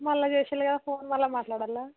మళ్ళీ చేశారు కదా ఫోన్ మళ్ళీ మాట్లాడాలా